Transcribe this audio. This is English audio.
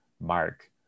mark